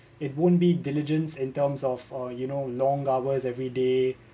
it won't be diligence in terms of uh you know long hours every day